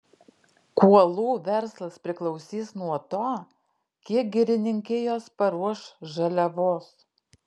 kuolų verslas priklausys nuo to kiek girininkijos paruoš žaliavos